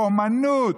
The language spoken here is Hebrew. באומנות.